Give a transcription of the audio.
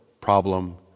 problem